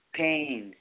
pain